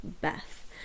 Beth